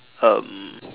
um